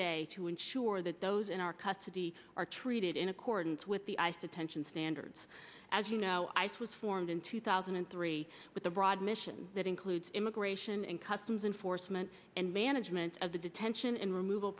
day to ensure that those in our custody are treated in accordance with the ice attention standards as you know ice was formed in two thousand and three with a broad mission that includes immigration and customs enforcement and management of the detention and removal